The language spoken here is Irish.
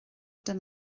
den